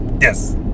Yes